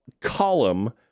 column